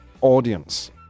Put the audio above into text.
audience